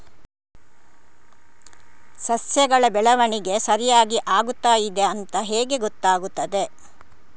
ಸಸ್ಯಗಳ ಬೆಳವಣಿಗೆ ಸರಿಯಾಗಿ ಆಗುತ್ತಾ ಇದೆ ಅಂತ ಹೇಗೆ ಗೊತ್ತಾಗುತ್ತದೆ?